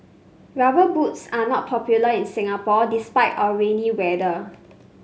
rubber boots are not popular in Singapore despite our rainy weather